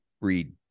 read